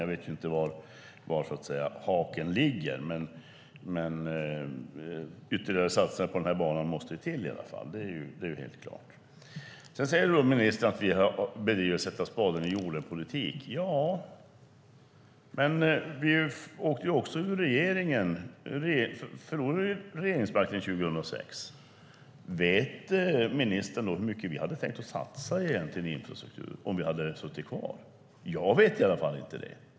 Jag vet inte var haken ligger, men det är klart att ytterligare satsningar på den här banan måste till. Sedan säger ministern att vi har bedrivit en sätta-spaden-i-jorden-politik. Men vi förlorade ju regeringsmakten 2006. Vet ministern hur mycket vi hade tänkt satsa på infrastruktur om vi hade suttit kvar? Jag vet det i alla fall inte.